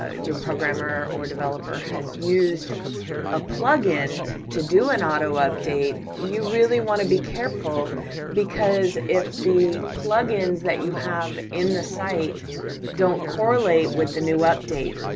ah your programmer or developer has used a plugin to do an auto-update, you really wanna be careful because if the plugins that you have in the site don't correlate with the new update,